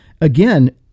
again